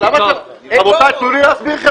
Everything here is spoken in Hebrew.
תנו לי להסביר.